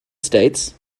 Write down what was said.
states